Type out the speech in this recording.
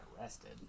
arrested